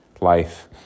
life